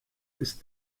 ist